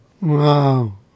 Wow